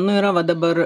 nu yra va dabar